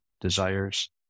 desires